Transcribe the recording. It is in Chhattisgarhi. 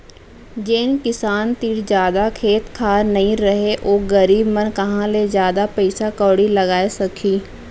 जेन किसान तीर जादा खेत खार नइ रहय ओ गरीब मन कहॉं ले जादा पइसा कउड़ी लगाय सकहीं